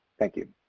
thank you.